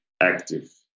active